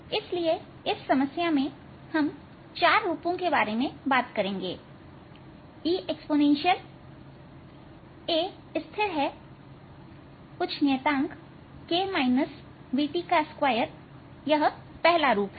इसलिए इस समस्या में हम चार रूपों के बारे में पूछेंगे e एक्स्पोनेंशियल है A स्थिर है कुछ नियतांक2 पहला रूप है